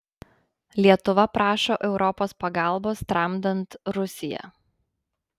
lietuva prašo europos pagalbos tramdant rusiją